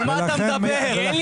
99 אחוזים מה-פוסט טראומתיים בארגון.